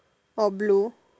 or blue